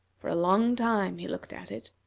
for a long time he looked at it.